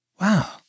Wow